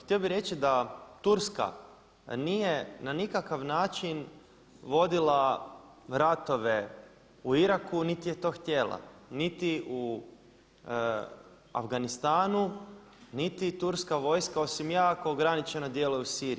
Htio bi reći da Turska nije na nikakav način vodila ratove u Iraku niti je to htjela, niti u Afganistanu niti turska vojska osim jako ograničeno djeluje u Siriji.